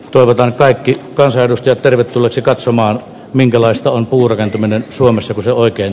toivotan kaikki kansanedustajat tervetulleeksi katsomaan minkälaista on purren kymmenen suomessa se oikein